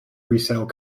resale